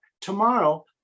Tomorrow